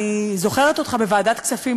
אני זוכרת אותך בוועדת כספים,